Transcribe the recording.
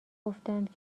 گفتند